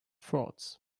frauds